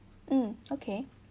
mm okay